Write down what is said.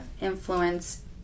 influence